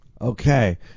Okay